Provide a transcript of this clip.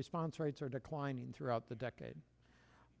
response rates are declining throughout the decade